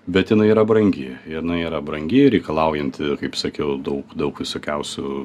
bet inai yra brangi jinai yra brangi reikalaujanti kaip sakiau daug daug visokiausių